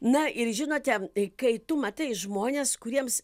na ir žinote kai tu matai žmones kuriems